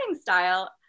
style